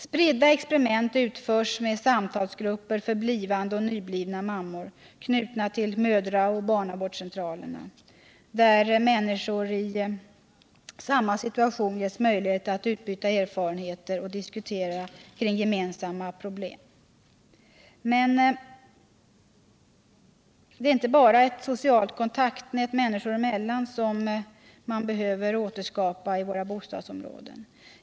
Spridda experiment för blivande och nyblivna mammor utförs med samtalsgrupper, knutna till mödraoch barnavårdscentralerna, där människor i samma situation ges möjlighet att utbyta erfarenheter och diskutera gemensamma problem. Men det är inte bara ett socialt kontaktnät människorna emellan som behöver återskapas i bostadsområdena.